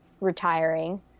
retiring